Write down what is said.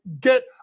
get